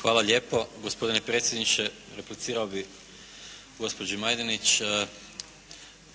Hvala lijepo gospodine predsjedniče. Replicirao bih gospođi Majdenić.